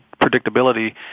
predictability